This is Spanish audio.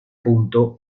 punto